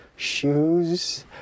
shoes